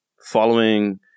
following